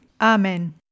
Amen